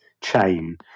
chain